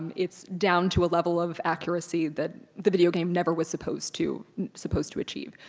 it's down to a level of accuracy that the video game never was supposed to supposed to achieve.